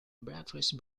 breakfast